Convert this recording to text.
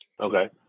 Okay